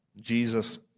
Jesus